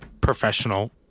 professional